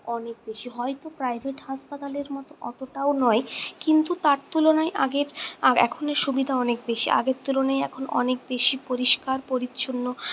অনেক বেশি হয়তো প্রাইভেট হাসপাতালের মতো অতোটাও নয় কিন্তু তার তুলনায় আগের এখনের সুবিধা অনেক বেশি আগের তুলনায় এখন অনেক বেশি পরিষ্কার পরিচ্ছন্ন